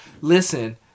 listen